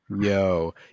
Yo